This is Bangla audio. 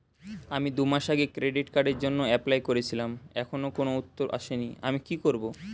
আমি দুমাস আগে ক্রেডিট কার্ডের জন্যে এপ্লাই করেছিলাম এখনো কোনো উত্তর আসেনি আমি কি করব?